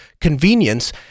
convenience